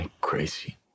crazy